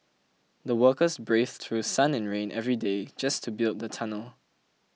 the workers braved through sun and rain every day just to build the tunnel